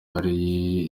hari